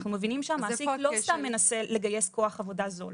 אנחנו מבינים שהמעסיק לא סתם מנסה לגייס כוח עבודה זול.